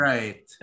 Right